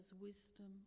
wisdom